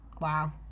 Wow